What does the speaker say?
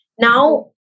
Now